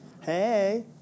hey